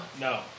No